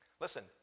Listen